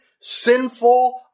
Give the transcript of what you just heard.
sinful